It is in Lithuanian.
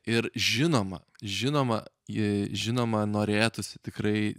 ir žinoma žinoma ji žinoma norėtųsi tikrai